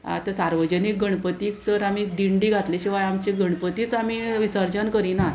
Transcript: आतां सार्वजनीक गणपतीक जर आमी दिंडी घातली शिवाय आमची गणपतीच आमी विसर्जन करिनात